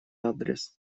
адрес